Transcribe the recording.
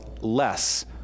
less